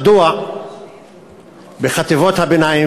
מדוע בחטיבות הביניים,